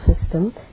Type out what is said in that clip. system